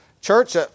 church